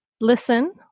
listen